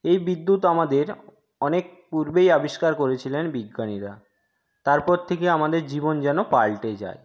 এই বিদ্যুৎ আমাদের অনেক পূর্বেই আবিষ্কার করেছিলেন বিজ্ঞানীরা তারপর থেকে আমাদের জীবন যেন পাল্টে যায়